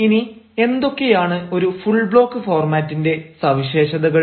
ഇനി എന്തൊക്കെയാണ് ഒരു ഫുൾ ബ്ലോക്ക് ഫോർമാറ്റിന്റെ സവിശേഷതകൾ